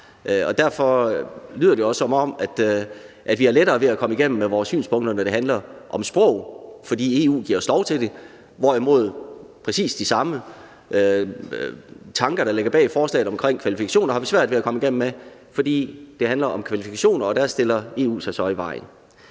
Derfor lyder det også, som om vi har lettere ved at komme igennem med vores synspunkter, når det handler om sprog, fordi EU giver os lov til det, hvorimod vi har svært ved at komme igennem med præcis de samme tanker, der ligger bag forslaget om kvalifikationer, fordi det handler om kvalifikationer, og der stiller EU sig så i vejen.